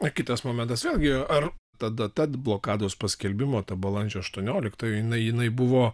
o kitas momentas vėlgi ar tada tad blokados paskelbimo ta balandžio aštuonioliktoji jinai jinai buvo